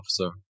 officer